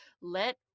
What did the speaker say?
let